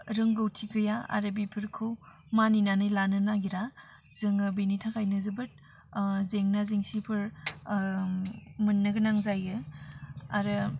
रोंगौथि गैया आरो बिफोरखौ मानिनानै लानो नागिरा जोङो बिनि थाखायनो जोबोर जेंना जेंसिफोर मोननो गोनां जायो आरो